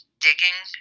digging